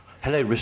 hello